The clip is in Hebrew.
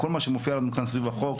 כל מה שמופיע לנו כאן סביב החוק,